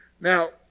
Now